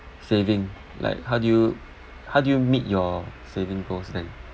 saving like how do you how do you meet your saving goals then